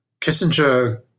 Kissinger